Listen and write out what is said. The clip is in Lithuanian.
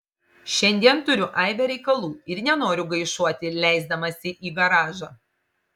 šiandien turiu aibę reikalų ir nenoriu gaišuoti leisdamasi į garažą